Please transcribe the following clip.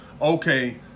okay